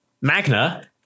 Magna